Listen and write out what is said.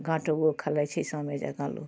घाटो खेलाइ छै सामे जकाँ लोक